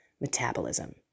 metabolism